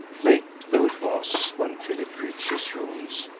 late though it was when philip reached his rooms,